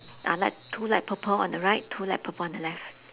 are like two light purple on the right two light purple on the left